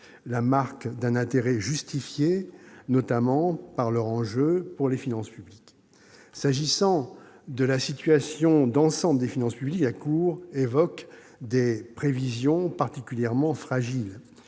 la marque d'un intérêt justifié, notamment, par leur enjeu pour les finances publiques. S'agissant de la situation d'ensemble des finances publiques, la Cour des comptes évoque des « prévisions particulièrement fragiles